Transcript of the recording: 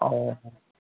ओ